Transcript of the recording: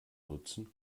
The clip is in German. nutzen